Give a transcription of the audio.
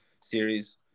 series